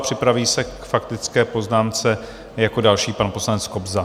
Připraví se k faktické poznámce jako další pan poslanec Kobza.